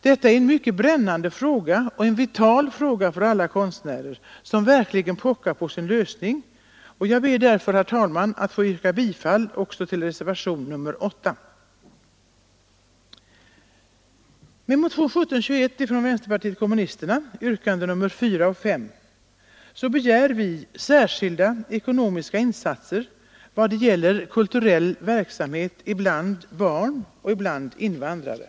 Det gäller en mycket brännande och vital fråga för alla konstnärer, vilken verkligen pockar på sin lösning, och jag ber därför herr talman, att få yrka bifall också till reservationen 8. I motionen 1721 från vänsterpartiet kommunisterna begär vi i yrkandena 4 och 5 särskilda ekonomiska insatser vad gäller kulturell verksamhet bland barn och invandrare.